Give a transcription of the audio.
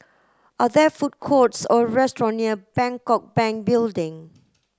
are there food courts or restaurant near Bangkok Bank Building